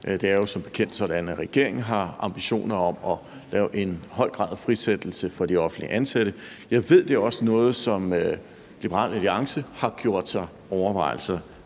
Det er jo som bekendt sådan, at regeringen har ambitioner om at lave en høj grad af frisættelse af de offentligt ansatte. Jeg ved, at det også er noget, som Liberal Alliance har gjort sig overvejelser